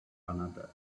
another